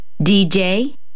DJ